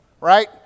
right